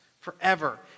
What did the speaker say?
forever